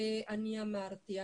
אני אמרתי,